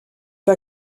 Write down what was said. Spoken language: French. pas